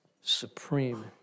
supreme